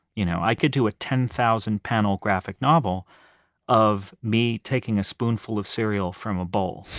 you know i could do a ten thousand panel graphic novel of me taking a spoonful of cereal from a bowl,